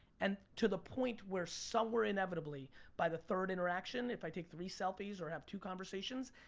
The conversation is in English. and to the point where somewhere inevitable by the third interaction, if i take three selfies or have two conversations,